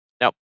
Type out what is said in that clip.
Now